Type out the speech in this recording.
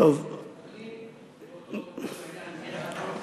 זה באותו עניין,